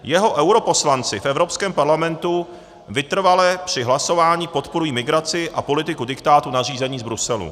Jeho europoslanci v Evropském parlamentu vytrvale při hlasování podporují migraci a politiku diktátu nařízení z Bruselu.